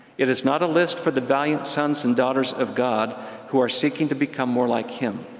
it is not a list for the valiant sons and daughters of god who are seeking to become more like him.